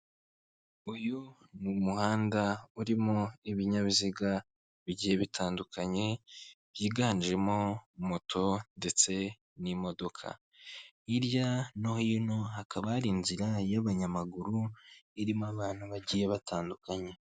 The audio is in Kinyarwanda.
Uyu ni umuhanda urimo ibinyabiziga bigiye bitandukanye byiganjemo moto ndetse n'imodoka, hirya no hino hakaba hari inzira y'abanyamaguru irimo abantu bagiye batandukanye.